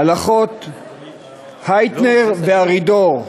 הלכות הייטנר וארידור,